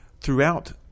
throughout